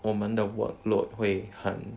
我们的 workload 会很